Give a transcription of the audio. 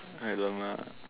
alamak